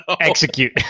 execute